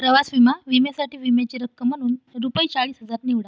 प्रवास विमा विम्यासाठी विम्याची रक्कम म्हणून रुपये चाळीस हजार निवडा